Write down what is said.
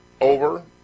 over